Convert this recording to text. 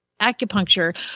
acupuncture